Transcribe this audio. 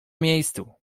miejscu